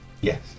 Yes